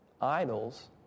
Idols